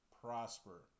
prosper